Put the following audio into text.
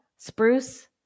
Spruce